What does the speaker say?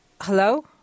hello